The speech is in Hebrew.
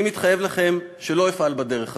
אני מתחייב לכם שלא אפעל בדרך הזו.